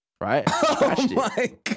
Right